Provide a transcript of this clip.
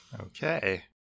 okay